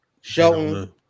Shelton